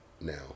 now